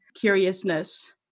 curiousness